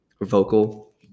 vocal